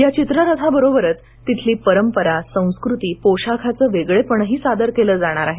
या चित्ररथाबरोबरच तिथली परंपरा संस्कृती पोशाखाचं वेगेळेपणही सादर केलं जाणार आहे